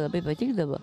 labai patikdavo